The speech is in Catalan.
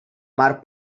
mar